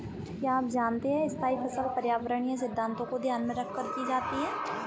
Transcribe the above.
क्या आप जानते है स्थायी फसल पर्यावरणीय सिद्धान्तों को ध्यान में रखकर की जाती है?